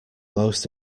most